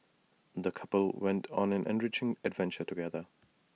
the couple went on an enriching adventure together